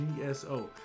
GSO